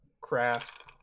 craft